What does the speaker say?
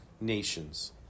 nations